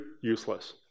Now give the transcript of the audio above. useless